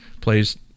plays